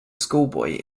schoolboy